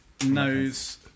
knows